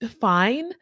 fine